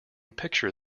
picture